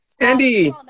Andy